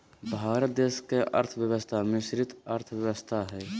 भारत देश के अर्थव्यवस्था मिश्रित अर्थव्यवस्था हइ